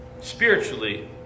Spiritually